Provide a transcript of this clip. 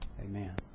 Amen